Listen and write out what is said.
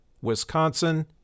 Wisconsin